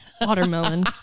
Watermelon